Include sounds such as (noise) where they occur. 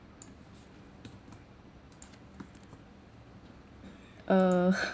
uh (breath)